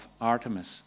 Artemis